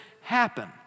happen